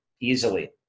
easily